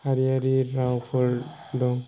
हारियारि रावफोर दं